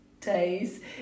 days